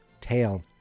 tail